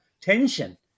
tension